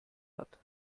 hat